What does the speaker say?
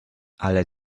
ale